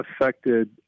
affected